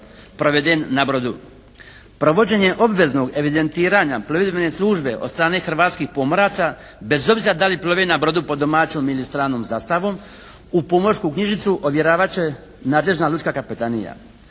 proveden na brodu. Provođenje obveznog evidentiranja plovidbene službe od strane hrvatskih pomoraca bez obzira da li plove na brodu pod domaćom ili stranom zastavom, u pomorsku knjižicu ovjeravat će nadležna Lučka kapetanija.